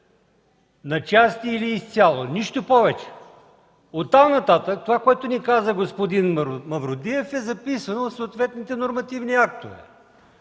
на части или изцяло. Нищо повече! Оттам нататък това, което ни каза господин Мавродиев, е записано в съответните нормативни актове